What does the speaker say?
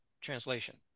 translation